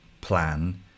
plan